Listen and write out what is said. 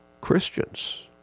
Christians